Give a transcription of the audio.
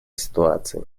ситуации